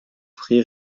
prix